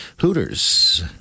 Hooters